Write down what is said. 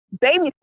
baby